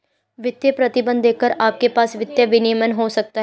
वित्तीय प्रतिबंध देखकर आपके पास वित्तीय विनियमन हो सकता है